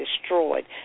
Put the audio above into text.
destroyed